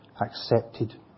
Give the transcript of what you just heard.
accepted